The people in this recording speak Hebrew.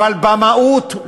אבל במהות.